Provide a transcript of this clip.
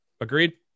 agreed